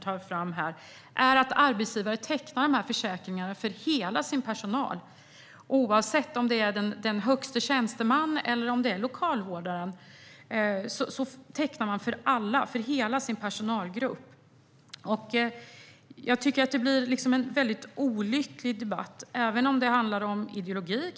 Det vanligaste är att arbetsgivare tecknar försäkringar för hela sin personal, oavsett om det är den högste tjänstemannen eller en lokalvårdare. Man tecknar för hela personalen. Det blir en olycklig debatt, tycker jag, även om det handlar om ideologi.